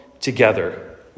together